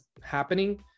happening